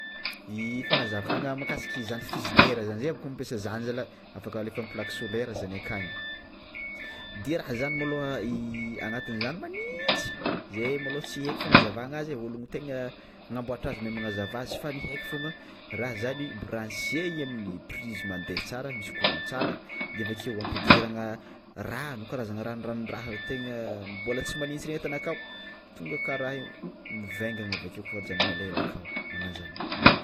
Fagnazavana makasika izany frigidera zany zay bôka mampiasa zany zala afaka alefa amin'ny plaque solaire zany akagny dia raha zany môÏô raha agnatin'izany magnitsy zey môlô tsy haiko fagnazavana azy e, ny olo tegna namboatra azy mahay mangazava fa ny haiko fogna raha zany branche i amin'ny prise mandeha tsara misy courant tsara, de avekeo ampidiragna rano karazagna ranoranondraha tegna mbola tsy magnintsy regny ataonao akao tonga aka raha igny mivengana avakeo kôfa ajanona elaela aka, magnanzay.